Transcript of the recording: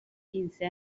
quince